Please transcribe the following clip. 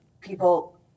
people